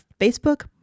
Facebook